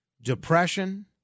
depression